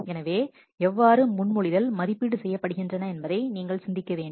எனவே எவ்வாறு முன்மொழிதல் மதிப்பீடு செய்யப்படுகின்றன என்பதை நீங்கள் சிந்திக்க வேண்டும்